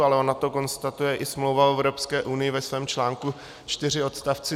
Ale ona to konstatuje i Smlouva o Evropské unii ve svém článku 4 odst.